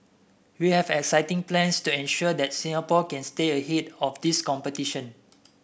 we have exciting plans to ensure that Singapore can stay ahead of this competition